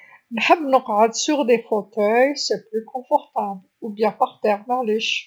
نحب نقعد فوق فوتاي هو مريح كثر، و لا في لرض معليش.